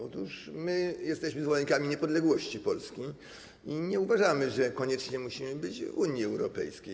Otóż my jesteśmy zwolennikami niepodległości Polski i nie uważamy, że koniecznie musimy być w Unii Europejskiej.